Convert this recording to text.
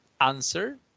answer